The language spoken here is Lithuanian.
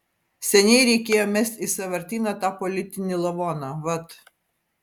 seniai reikėjo mest į sąvartyną tą politinį lavoną vat